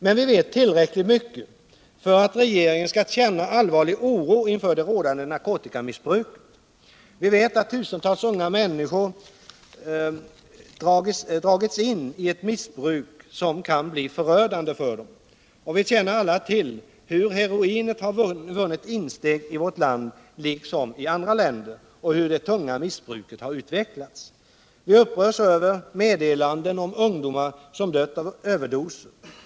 Men vi vet tillräckligt mycket för att regeringen skall känna allvarlig oro inför det rådande narkotikamissbruket. Vi vet att tusentals unga människor dragits in i ett missbruk, som kan bli förödande för dem. Vi känner alla till hur heroinet har vunnit insteg i vårt land liksom i andra länder och hur det tunga missbruket har utvecklats. Vi upprörs över meddelanden om ungdomar som dött av överdoser.